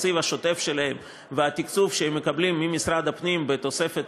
התקציב השוטף שלהן והתקצוב שהן מקבלות ממשרד הפנים בתוספת